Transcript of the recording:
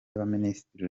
abaminisitiri